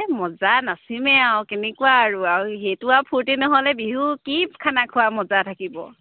এই মজা নাচিমেই আৰু কেনেকুৱা আৰু আৰু সেইটো আৰু ফূৰ্তি নহ'লে বিহু কি খানা খোৱা মজা থাকিব